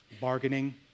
bargaining